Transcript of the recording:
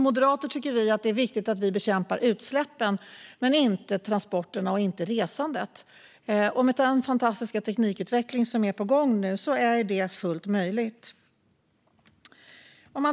Moderaterna tycker att det är viktigt att bekämpa utsläppen, inte transporterna och resandet, och tack vare den fantastiska teknikutvecklingen är ju detta fullt möjligt.